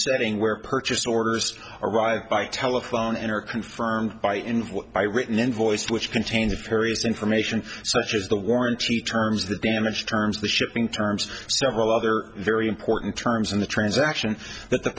setting where purchase orders arrive by telephone are confirmed by in what by written invoice which contains carries information such as the warranty terms the damage terms the shipping terms several other very important terms in the transaction that the